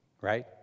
Right